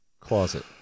closet